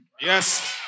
Yes